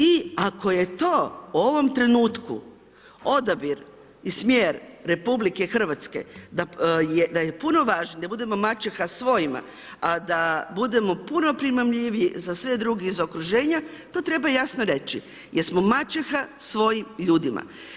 I ako je to u ovom trenutku odabir i smjer RH da je puno važnije da budemo maćeha svojima, a da budemo puno primamljiviji za sve druge iz okruženja, to treba jasno reći jer smo maćeha svojim ljudima.